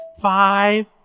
five